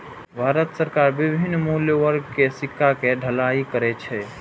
भारत सरकार विभिन्न मूल्य वर्ग के सिक्का के ढलाइ करै छै